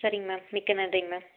சரிங்க மேம் மிக்க நன்றிங்க மேம்